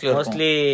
Mostly